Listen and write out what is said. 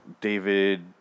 David